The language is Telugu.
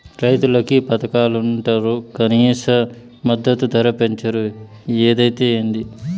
రైతులకి పథకాలంటరు కనీస మద్దతు ధర పెంచరు ఏదైతే ఏంది